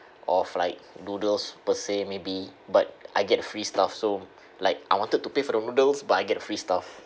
of like noodles per se maybe but I get free stuff so like I wanted to pay for the noodles but I get a free stuff